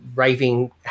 Raving